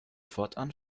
fortan